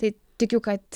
tai tikiu kad